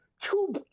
Two –